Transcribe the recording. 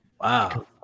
Wow